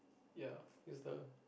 ya it was the